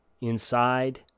inside